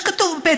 זה מה שכתוב בפתק.